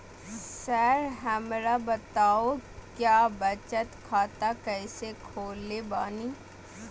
Sir हमरा बताओ क्या बचत खाता कैसे खोले बानी?